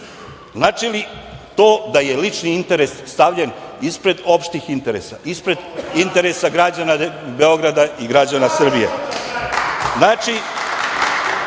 Znači li to da je lični interes stavljen ispred opštih interesa, ispred interesa građana Beograda i građana Srbije?